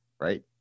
right